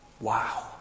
Wow